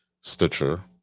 Stitcher